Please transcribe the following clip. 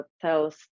tells